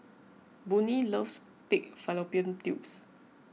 Boone loves Pig Fallopian Tubes